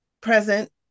present